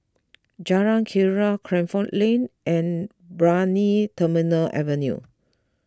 Jalan Keria Crawford Lane and Brani Terminal Avenue